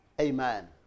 Amen